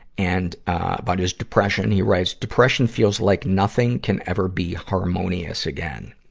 and, about his depression, he writes, depression feels like nothing can ever be harmonious again.